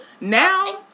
now